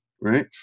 right